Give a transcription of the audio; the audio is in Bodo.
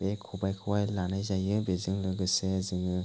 बे खबायखौहाय लानाय जायो बेजों लोगोसे जोङो